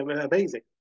amazing